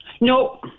No